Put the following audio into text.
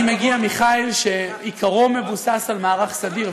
אני מגיע מחיל שעיקרו מבוסס על מערך סדיר,